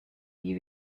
wie